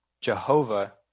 Jehovah